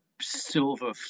silver